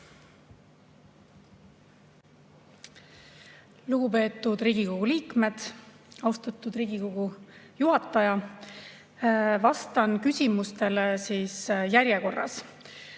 Lugupeetud Riigikogu liikmed! Austatud Riigikogu juhataja! Vastan küsimustele järjekorras.